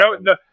no